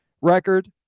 record